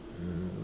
um